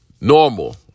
Normal